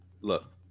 Look